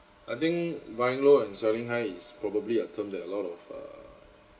I think buying low and selling high is probably a term that a lot of err